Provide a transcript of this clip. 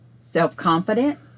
Self-confident